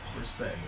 Respect